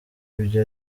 ibyo